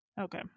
Okay